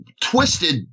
twisted